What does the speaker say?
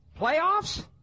playoffs